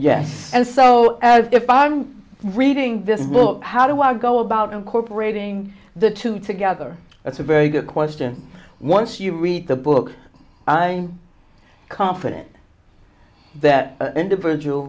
yes and so if i'm reading this book how do i go about incorporating the two together that's a very good question once you read the book i'm confident that individual